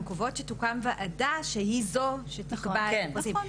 קובעות שתוקם ועדה שהיא זו שתקבע את הפרסים.